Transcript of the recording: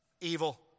evil